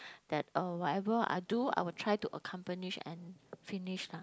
that uh whatever I do I would try to accomplish and finish lah